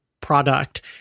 product